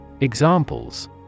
Examples